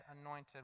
anointed